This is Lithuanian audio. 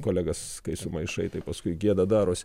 kolegas kai sumaišai tai paskui gėda daros